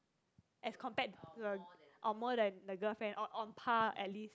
as compared to the or more than the girlfriend or on par at least